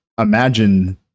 imagine